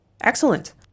excellent